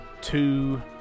two